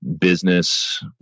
business